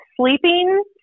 sleeping